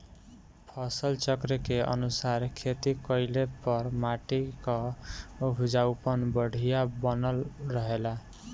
फसल चक्र के अनुसार खेती कइले पर माटी कअ उपजाऊपन बढ़िया बनल रहेला